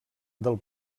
del